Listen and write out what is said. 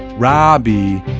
robby,